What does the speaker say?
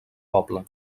poble